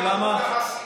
אתה יודע למה?